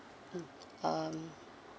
mm um